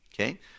Okay